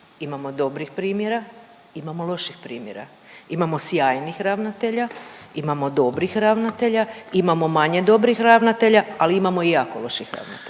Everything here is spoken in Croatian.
imamo dobrih primjera, imamo loših primjera, imamo sjajnih ravnatelja, imamo dobrih ravnatelja, imamo manje dobrih ravnatelja, ali imamo i jako loših ravnatelja.